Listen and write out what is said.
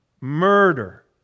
murder